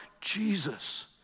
Jesus